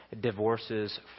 divorces